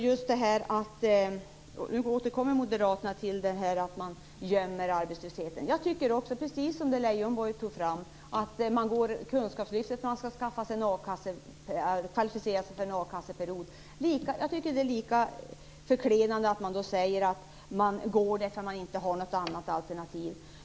Herr talman! Nu återkommer moderaterna till att vi gömmer arbetslösheten. Precis som i fråga om det Leijonborg förde fram, att man deltar i kunskapslyftet för att kvalificera sig för en a-kasseperiod, tycker jag att det är förklenande att säga att man gör det därför att man inte har något annat alternativ.